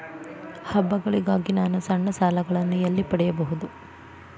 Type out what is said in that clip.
ಹಬ್ಬಗಳಿಗಾಗಿ ನಾನು ಸಣ್ಣ ಸಾಲಗಳನ್ನು ಎಲ್ಲಿ ಪಡೆಯಬಹುದು?